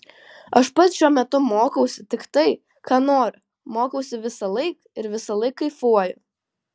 aš pats šiuo metu mokausi tik tai ką noriu mokausi visąlaik ir visąlaik kaifuoju